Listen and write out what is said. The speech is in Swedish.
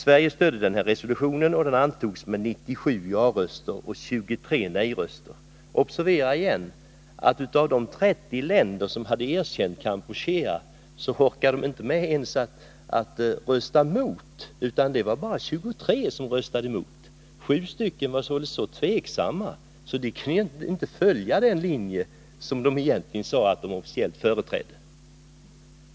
Sverige stödde denna resolution, och den antogs med 97 ja-röster mot 23 nej-röster. Observera igen att inte ens alla de 30 länder som hade erkänt Kampuchea orkade med att rösta mot resolutionen, utan det var bara 23 som röstade emot. Sju länder var så tveksamma att de inte kunde följa den linje som de egentligen officiellt sagt sig företräda.